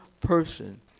person